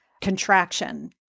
contraction